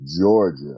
Georgia